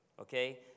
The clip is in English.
Okay